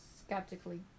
skeptically